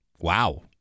Wow